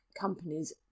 companies